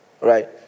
Right